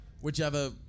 Whichever